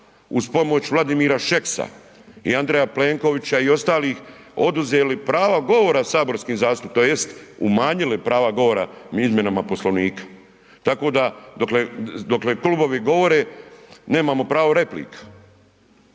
uz pomoć Vladimira Šeksa i Andreja Plenkovića i ostalih oduzeli prava govora saborskim zastupnicima tj. umanjili prava govora izmjenama Poslovnika. Tako da, dokle …/nerazumljivo/… nemamo pravo replika,